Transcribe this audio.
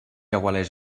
aigualeix